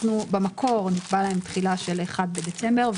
במקור נקבעה להם תחילה של 1 בדצמבר,